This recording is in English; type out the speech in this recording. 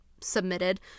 submitted